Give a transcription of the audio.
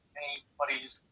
anybody's